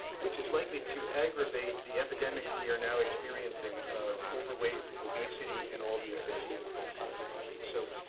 which is likely to aggravate the epidemics we are now experiencing of overweight, obesity, and all the associated health consequences. so,